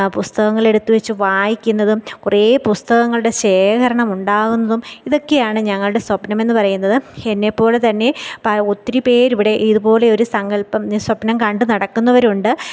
പുസ്തകങ്ങൾ എടുത്തുവെച്ച് വായിക്കുന്നതും കുറേ പുസ്തകങ്ങളുടെ ശേഖരണം ഉണ്ടാകുന്നതും ഇതൊക്കെയാണ് ഞങ്ങളുടെ സ്വപ്നമെന്ന് പറയുന്നത് എന്നെ പോലെ തന്നെ ഒത്തിരി പേരിവിടെ ഇതുപോലെ ഒരു സങ്കല്പം സ്വപ്നം കണ്ട് നടക്കുന്നവരുണ്ട്